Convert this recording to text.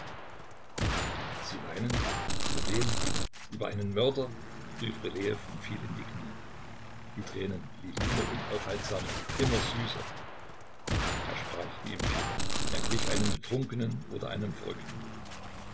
sie weinen über wen über einen mörder rief rylejew und fiel in die knie die tränen liefen immer unaufhaltsamer immer süßer er sprach wie im fieber er glich einem betrunkenen oder einem verrückten